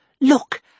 Look